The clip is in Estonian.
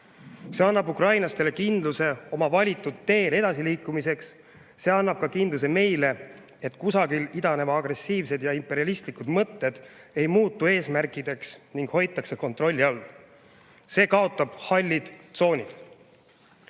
See annab ukrainlastele kindluse oma valitud teel edasiliikumiseks. See annab ka meile kindluse, et kusagil idanevad agressiivsed ja imperialistlikud mõtted ei muutu eesmärkideks ning hoitakse kontrolli all. See kaotab hallid tsoonid.